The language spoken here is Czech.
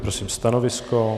Prosím stanovisko.